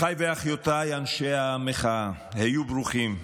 אחיי ואחיותיי אנשי המחאה, היו ברוכים.